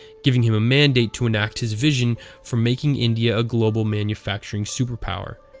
giving him a mandate to enact his vision for making india a global manufacturing superpower.